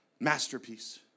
masterpiece